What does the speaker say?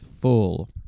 full